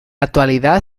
actualidad